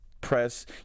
press